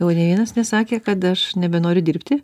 o nė vienas nesakė kad aš nebenoriu dirbti